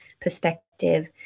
perspective